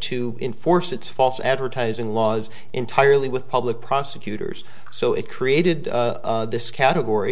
to enforce its false advertising laws entirely with public prosecutors so it created this category